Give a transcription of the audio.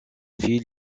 fille